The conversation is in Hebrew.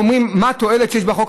כשאנחנו שואלים מה התועלת שיש בחוק,